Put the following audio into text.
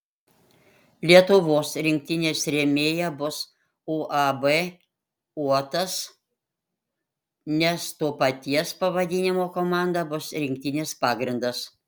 lietuvos rinktinės rėmėja bus uab uotas nes to paties pavadinimo komanda bus rinktinės pagrindas